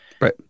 right